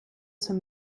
some